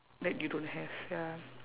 that you don't have ya